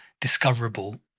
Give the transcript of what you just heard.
discoverable